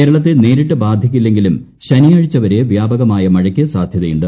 കേരളത്തെ നേരിട്ട് ബാധിക്കില്ലെങ്കിലും ശനിയാഴ്ചവരെ വ്യാപകമഴയ്ക്ക് സാധ്യതയുണ്ട്